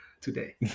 today